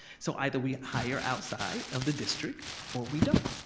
so either we hire outside of the district or we don't.